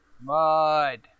Mud